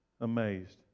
Amazed